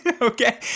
Okay